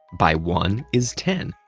by one is ten,